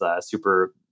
super